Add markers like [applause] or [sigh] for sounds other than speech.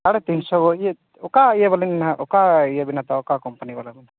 ᱥᱟᱲᱮ ᱛᱤᱱᱥᱚ [unintelligible] ᱤᱭᱟᱹ ᱚᱠᱟ ᱤᱭᱟᱹᱵᱟᱞᱤᱧ ᱚᱠᱟ ᱤᱭᱟᱹᱵᱤᱱ ᱦᱟᱛᱟᱣᱟ ᱚᱠᱟ ᱠᱳᱢᱯᱟᱱᱤᱵᱟᱞᱟ ᱵᱤᱱ ᱦᱟᱛᱟᱣᱟ